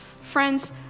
friends